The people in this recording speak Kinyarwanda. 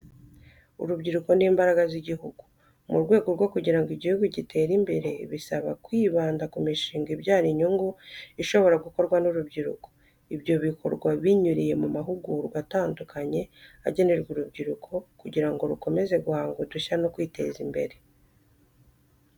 Urubyiruko ni imbaraga z'iguhugu. Mu rwego rwo kugira ngo igihugu gitere imbere bisaba kwibanda ku mishinga ibyara inyungu ishobora gukorwa n'urubyiruko. Ibyo bikorwa binyuriye mu mahugurwa atandukanye agenerwa urubyiruko, kugira ngo rukomeze guhanga udushya no kwiteza imbere.